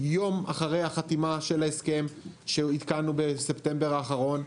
יום אחרי החתימה של ההסכם שעדכנו בספטמבר האחרון,